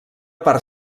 part